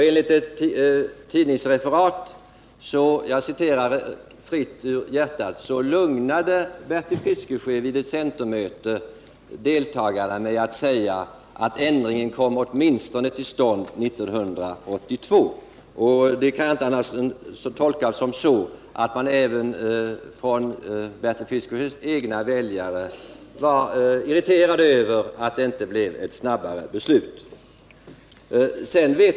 Enligt ett tidningsreferat, som jag citerar fritt ur minnet, lugnade Bertil Fiskesjö vid ett centermöte deltagarna med att säga att ändringen kommer till stånd åtminstone 1982. Detta kan jag inte tolka på annat sätt än att även Bertil Fiskesjös egna väljare var irriterade över att det inte blev ett beslut snabbare.